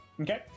Okay